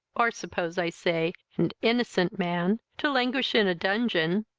or, suppose i say, and innocent, man, to languish in a dungeon,